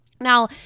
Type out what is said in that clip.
Now